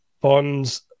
Bond's